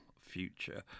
future